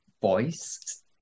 voice